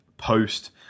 post